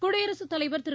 குடியரசுத் தலைவர் திரு